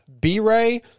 B-Ray